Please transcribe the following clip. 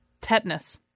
Tetanus